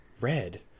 Red